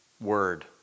word